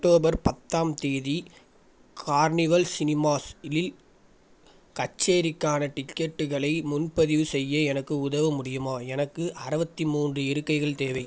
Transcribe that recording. October பத்தாம் தேதி Carnival Cinemas இல் கச்சேரிக்கான டிக்கெட்டுகளை முன்பதிவு செய்ய எனக்கு உதவ முடியுமா எனக்கு அறுவத்தி மூன்று இருக்கைகள் தேவை